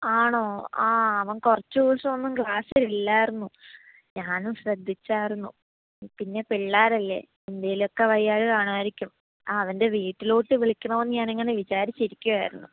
ആണോ ആ അവൻ കുറച്ച് ദിവസമൊന്നും ക്ലാസ്സിൽ ഇല്ലായിരുന്നു ഞാനും ശ്രദ്ധിച്ചിരുന്നു പിന്നെ പിള്ളേർ അല്ലേ എന്തെങ്കിലുമൊക്കെ വയ്യായ്ക കാണുമായിരിക്കും ആ അവന്റെ വീട്ടിലോട്ട് വിളിക്കണമെന്ന് ഞാൻ ഇങ്ങനെ വിചാരിക്കുമായിരുന്നു